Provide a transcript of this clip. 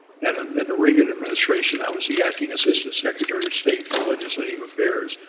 and in the reagan administration i was the acting assistant secretary of state for legislative affairs.